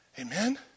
Amen